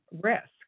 risk